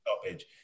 stoppage